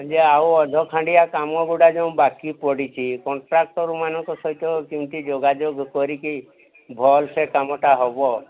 ଇଏ ଆଉ ଅଧ ଖଣ୍ଡିଆ କାମଗୁଡ଼ା ଯେଉଁ ବାକି ପଡ଼ିଛି କଣ୍ଟ୍ରାକ୍ଟର୍ମାନଙ୍କ ସହିତ କେମିତି ଯୋଗାଯୋଗ କରିକି ଭଲସେ କାମଟା ହେବ